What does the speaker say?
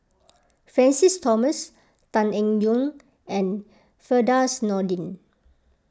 Francis Thomas Tan Eng Yoon and Firdaus Nordin